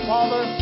Father